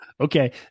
Okay